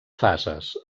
fases